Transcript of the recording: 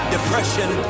depression